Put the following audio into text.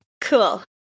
Cool